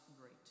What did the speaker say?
great